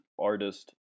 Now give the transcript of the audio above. artist